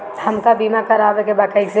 हमका बीमा करावे के बा कईसे करी?